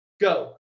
go